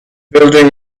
building